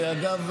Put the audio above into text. אגב,